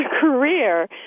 career